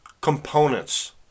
components